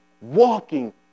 walking